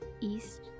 East